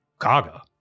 Kaga